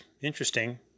interesting